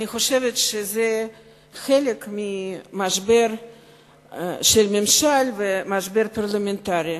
אני חושבת שזה חלק ממשבר של ממשל ומשבר פרלמנטרי,